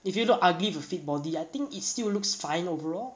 if you look ugly with a fit body I think it still looks fine overall